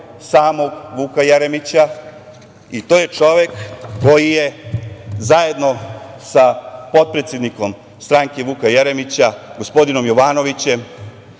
samog Vuka Jeremića, i to je čovek koji je zajedno sa potpredsednikom stranke Vuka Jeremića, gospodina Jovanovićem